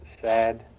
sad